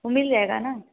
वह मिल जाएगा ना